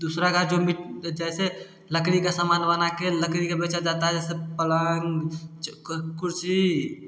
दूसरा का मी जैसे लकड़ी का सामान बना के लकड़ी का बेचा जाता है जैसे पलंग च कुर्सी